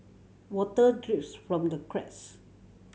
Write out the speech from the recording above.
water drips from the cracks